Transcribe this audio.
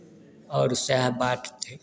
आओर सएह बात छै